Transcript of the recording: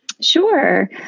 Sure